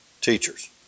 teachers